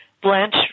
Blanche